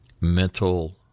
mental